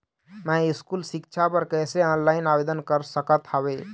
मैं स्कूल सिक्छा बर कैसे ऑनलाइन आवेदन कर सकत हावे?